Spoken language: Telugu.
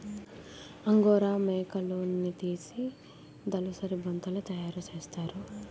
అంగోరా మేకలున్నితీసి దలసరి బొంతలు తయారసేస్తారు